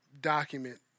document